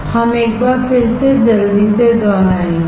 हम एक बार फिर से जल्दी से दोहराएंगे